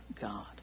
God